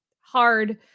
hard